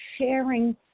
sharing